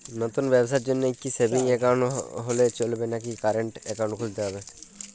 নতুন ব্যবসার জন্যে কি সেভিংস একাউন্ট হলে চলবে নাকি কারেন্ট একাউন্ট খুলতে হবে?